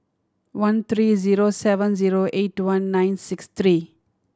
one three zero seven zero eight two one nine six three